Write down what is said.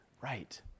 right